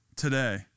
today